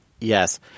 Yes